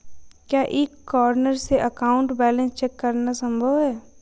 क्या e corner से account balance check करना संभव है?